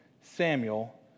Samuel